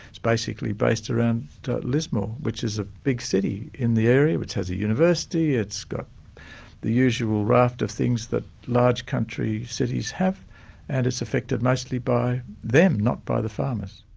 it's basically based around lismore, which is a big city in the area, which has a university, it's got the usual raft of things that large country cities have and it's affected mostly by them, not by the farmers.